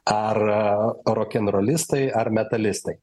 ar rokenrolistai ar metalistai